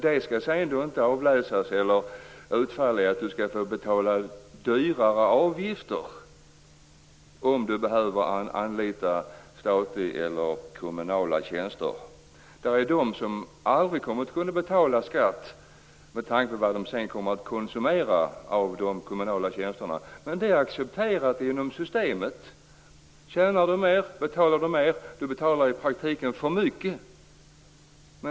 Då skall man sedan inte också behöva betala högre avgifter för statliga och kommunala tjänster, om man behöver dem. Det finns de som aldrig kommer att kunna betala så mycket i skatt att det motsvarar det de kommer att konsumera av de kommunala tjänsterna, men det är accepterat inom systemet. Och tjänar man mer, betalar man mer - då betalar man i praktiken för mycket.